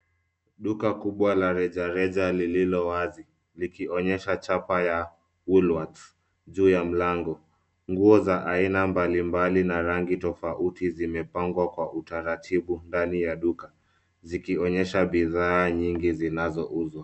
Duka kubwa la rejareja lililo wazi likionyesha chapa ya woolworths juu ya mlango. Nguo za aina mbalimbali na rangi tofauti zimepangwa kwa utaratibu ndani ya duka zikionyesha bidhaa nyingi zinazouzwa.